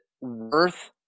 worth